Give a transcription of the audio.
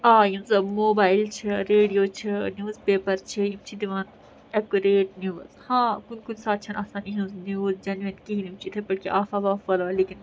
آ یِم زَن موبایِل چھِ ریٚڈیو چھِ نِوٕز پیٚپَر چھِ یِم چھِ دِوان اٮ۪کُریٹ نِوٕز ہاں کُنہِ ساتہٕ چھنہٕ آسان اِہنٛز نِوٕز جیٚنون کِہیٖنۍ یِم اِتھے پٲٹھۍ کیٚنٛہہ آفا وافا پھٔہلاوان لیکِن